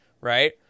right